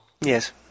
Yes